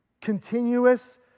Continuous